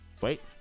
wait